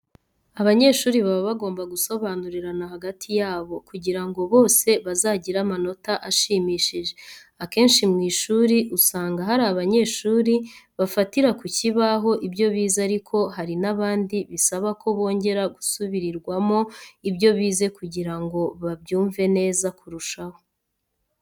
Abanyeshuri baba bagomba gusobanurirana hagati yabo, kugira ngo bose bazagire amanota ashimishije. Akenshi mu ishuri usanga hari abanyeshuri bafatira ku kibaho ibyo bize ariko hari n'abandi bisaba ko bongera gusubirirwamo ibyo bize kugira ngo babyumve neza kurushaho.